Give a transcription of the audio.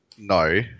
no